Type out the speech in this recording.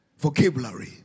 Vocabulary